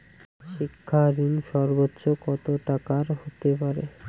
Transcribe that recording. শিক্ষা ঋণ সর্বোচ্চ কত টাকার হতে পারে?